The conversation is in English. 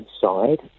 side